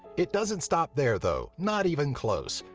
it doesn't stop there, though, not even close.